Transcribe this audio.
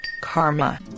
karma